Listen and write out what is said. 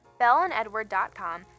BellandEdward.com